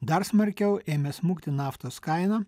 dar smarkiau ėmė smukti naftos kaina